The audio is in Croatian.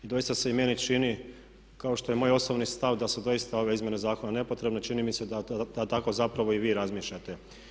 Doista se i meni čini kao što je moj osobni stav da su doista ove izmjene zakona nepotrebne, čini mi se da tako zapravo i vi razmišljate.